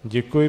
Děkuji.